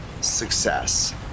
success